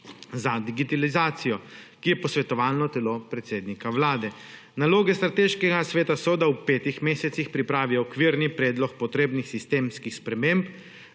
za digitalizacijo, ki je posvetovalno telo predsednika Vlade. Naloge Strateškega sveta so, da v petih mesecih pripravi okvirni predlog potrebnih sistemskih sprememb,